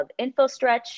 InfoStretch